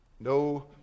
No